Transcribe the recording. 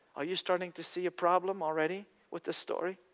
are you starting to see a problem already with the story?